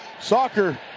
soccer